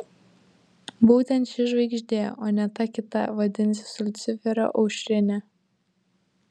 būtent ši žvaigždė o ne ta kita vadinsis liuciferio aušrinė